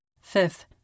Fifth